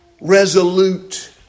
Resolute